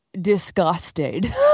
disgusted